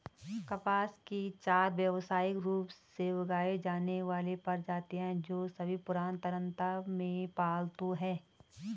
कपास की चार व्यावसायिक रूप से उगाई जाने वाली प्रजातियां हैं, जो सभी पुरातनता में पालतू हैं